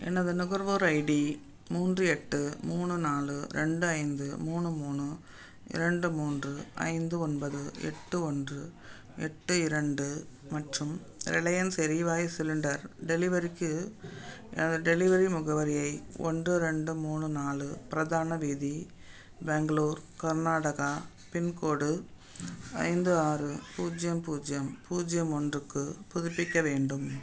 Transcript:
எனது நுகர்வோர் ஐடி மூன்று எட்டு மூணு நாலு ரெண்டு ஐந்து மூணு மூணு இரண்டு மூன்று ஐந்து ஒன்பது எட்டு ஒன்று எட்டு இரண்டு மற்றும் ரிலையன்ஸ் எரிவாயு சிலிண்டர் டெலிவரிக்கு எனது டெலிவரி முகவரியை ஒன்று ரெண்டு மூணு நாலு ப்ரதான வீதி பெங்களூர் கர்நாடகா பின்கோடு ஐந்து ஆறு பூஜ்ஜியம் பூஜ்ஜியம் பூஜ்ஜியம் ஒன்றுக்கு புதுப்பிக்க வேண்டும்